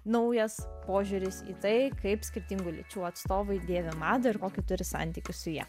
naujas požiūris į tai kaip skirtingų lyčių atstovai dėvi madą ir kokį turi santykį su ja